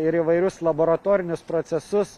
ir įvairius laboratorinius procesus